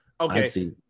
Okay